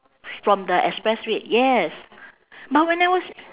from the expressway yes but when I was